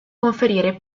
conferire